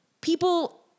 people